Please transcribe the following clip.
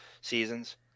seasons